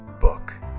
book